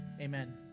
Amen